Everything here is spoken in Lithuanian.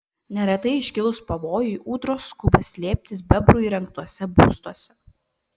neretai iškilus pavojui ūdros skuba slėptis bebrų įrengtuose būstuose